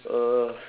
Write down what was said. uh